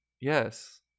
Yes